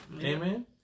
Amen